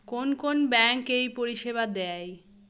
কোন কোন ব্যাঙ্ক এই পরিষেবা দেয়?